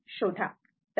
शोधा